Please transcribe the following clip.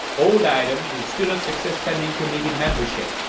old item, the student success i mean committee membership.